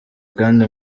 kandi